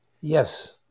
Yes